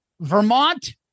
Vermont